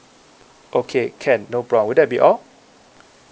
okay can no problem would that be all